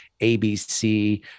ABC